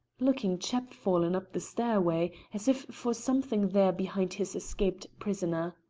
looking chapfallen up the stairway, as if for something there behind his escaped prisoner.